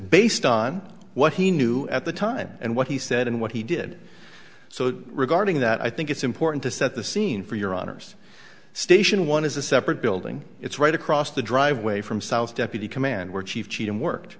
based on what he knew at the time and what he said and what he did so regarding that i think it's important to set the scene for your honour's station one is a separate building it's right across the driveway from south deputy command were chief chief and work